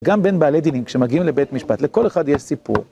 גם בין בעלי דינים, כשמגיעים לבית משפט, לכל אחד יש סיפור.